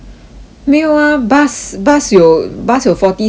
没有 ah bus bus 有 bus 有 forty seats [what]